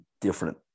different